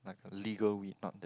like a legal weed like that